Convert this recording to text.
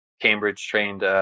Cambridge-trained